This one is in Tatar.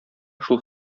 шул